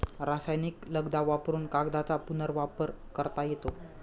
रासायनिक लगदा वापरुन कागदाचा पुनर्वापर करता येतो